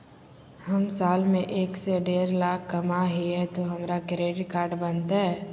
हम साल में एक से देढ लाख कमा हिये तो हमरा क्रेडिट कार्ड बनते?